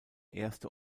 erste